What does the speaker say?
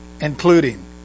including